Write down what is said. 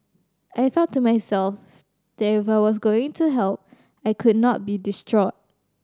I thought to myself that if I was going to help I could not be distraught